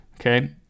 okay